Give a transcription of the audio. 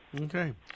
Okay